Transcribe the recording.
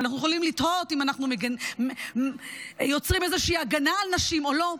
ואנחנו יכולים לתהות אם אנחנו יוצרים איזושהי הגנה על נשים או לא.